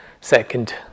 second